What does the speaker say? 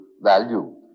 value